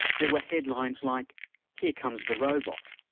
there were headlines like here comes the robot,